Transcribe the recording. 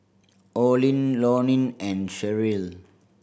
Olin Lonnie and Sheryll